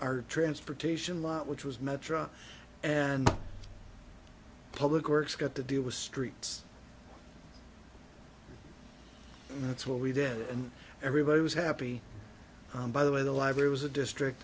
our transportation lot which was metra and public works got to deal with streets and that's what we did and everybody was happy by the way the library was a district